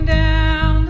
down